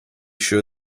sure